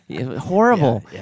horrible